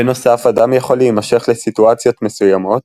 בנוסף אדם יכול להימשך לסיטואציות מסוימות,